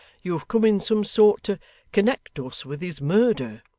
you have come in some sort to connect us with his murder